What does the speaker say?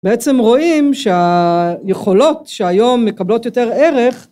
בעצם רואים שהיכולות שהיום מקבלות יותר ערך